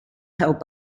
held